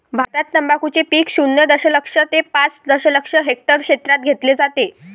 भारतात तंबाखूचे पीक शून्य दशलक्ष ते पाच दशलक्ष हेक्टर क्षेत्रात घेतले जाते